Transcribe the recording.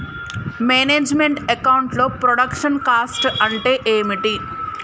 Manage meant account లో production cost అంటే ఏమిటి?